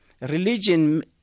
religion